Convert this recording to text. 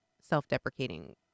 self-deprecating